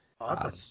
Awesome